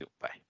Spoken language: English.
Bye